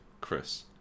Chris